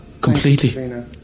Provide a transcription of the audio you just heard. Completely